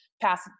pass